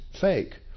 fake